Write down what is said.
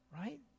right